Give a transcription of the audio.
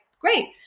great